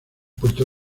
puerto